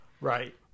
Right